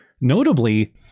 Notably